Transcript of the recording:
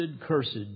cursed